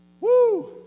Woo